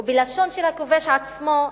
ובלשון של הכובש עצמו,